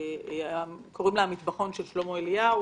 קוראים לה "המטבחון של שלמה אליהו".